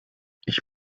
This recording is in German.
ich